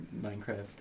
minecraft